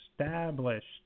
established